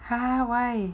!huh! why